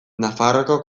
nafarroako